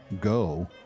go